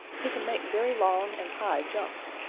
he can make very long and high jumps,